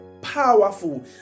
powerful